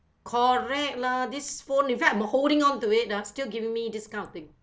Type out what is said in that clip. correct lah this phone in fact I'm holding onto it ah still giving me this kind of thing